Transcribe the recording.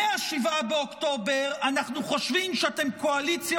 מ-7 באוקטובר אנחנו חושבים שאתם קואליציה